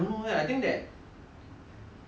that is very